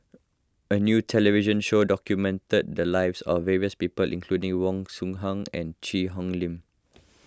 a new television show documented the lives of various people including Wong and Cheang Hong Lim